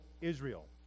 Israel